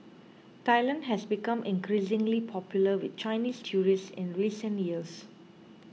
Thailand has become increasingly popular with Chinese tourists in recent years